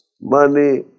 Money